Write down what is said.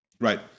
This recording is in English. Right